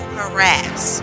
harass